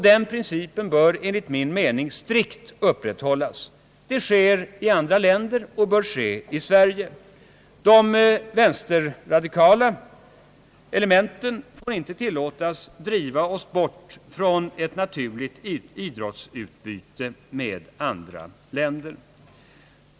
Den principen bör enligt min mening strikt upprätthållas. Så sker i andra länder. De vänsterradikala elementen får inte tillåtas driva oss bort från ett naturligt idrottsutbyte med andra länder.